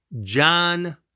John